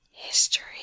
History